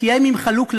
כי הם עם חלוק לבן,